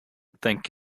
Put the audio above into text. thank